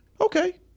Okay